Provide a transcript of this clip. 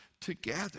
together